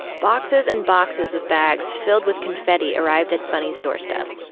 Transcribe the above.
boxes and boxes of bags filled with confetti arrived at bunny's doorstep.